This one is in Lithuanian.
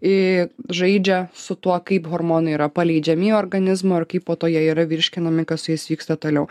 į žaidžia su tuo kaip hormonai yra paleidžiami į organizmo ir kaip po to jie yra virškinami kas su jais vyksta toliau